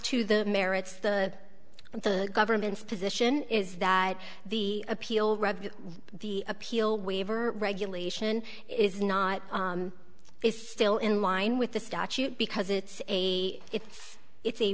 to the merits the the government's position is that the appeal of the appeal waiver regulation is not is still in line with the statute because it's a it's it's a